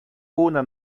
una